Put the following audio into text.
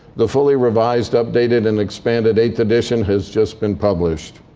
the fully revised, updated, and expanded eighth edition has just been published.